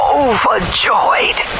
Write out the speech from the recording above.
overjoyed